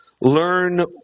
Learn